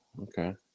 okay